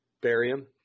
barium